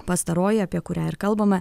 pastaroji apie kurią ir kalbama